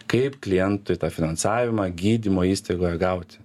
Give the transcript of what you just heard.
kaip klientui tą finansavimą gydymo įstaigoje gauti